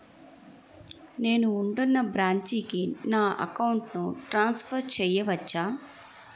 నేను ఉంటున్న బ్రాంచికి నా అకౌంట్ ను ట్రాన్సఫర్ చేయవచ్చా?